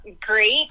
Great